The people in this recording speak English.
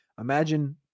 Imagine